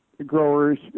Growers